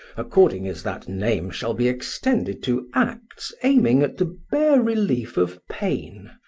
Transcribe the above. according as that name shall be extended to acts aiming at the bare relief of pain,